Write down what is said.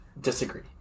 Disagree